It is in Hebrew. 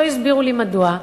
ולא הסבירו לי מדוע.